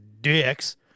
dicks